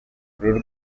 uru